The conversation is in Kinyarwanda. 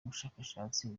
bushakashatsi